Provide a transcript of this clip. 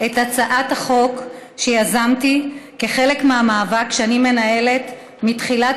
את הצעת החוק שיזמתי כחלק מהמאבק שאני מנהלת מתחילת